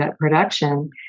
production